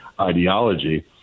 ideology